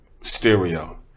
stereo